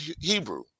Hebrew